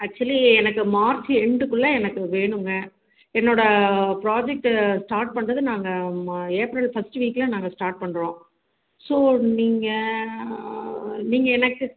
actually எனக்கு March end குள்ளே எனக்கு வேணும்ங்க என்னோட ப்ரொஜெக்ட்டு ஸ்டார்ட் பண்ணுறது நாங்கள் ஏப்ரல் ஃபர்ஸ்ட் வீக்கில் நாங்கள் ஸ்டார்ட் பண்ணுறோம் ஸோ நீங்கள் நீங்கள் எனக்கு